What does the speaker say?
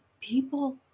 people